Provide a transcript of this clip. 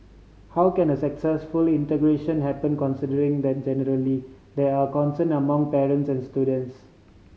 how can a successful integration happen considering that generally there are concern among parents and students